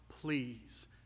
please